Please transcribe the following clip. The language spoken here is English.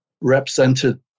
represented